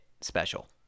special